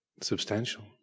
substantial